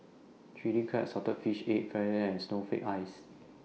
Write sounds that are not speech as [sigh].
Chilli Crab Salted Fish Egg [unintelligible] and Snowflake Ice